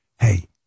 hey